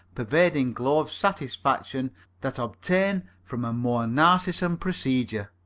pervading glow of satisfaction that obtain from a more narcissan procedure.